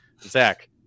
Zach